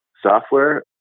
software